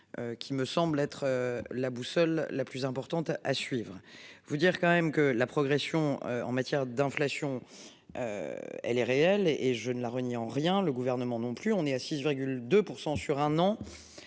Qui me semble être la boussole, la plus importante à suivre. Vous dire quand même que la progression en matière d'inflation. Elle est réelle et je ne la renie en rien le gouvernement non plus. On est à 6,2% sur un an.